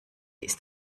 ist